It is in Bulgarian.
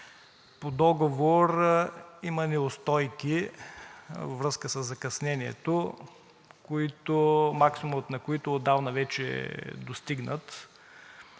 По договор има неустойки във връзка със закъснението, максимумът на които отдавна вече е достигнат,